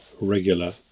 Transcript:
regular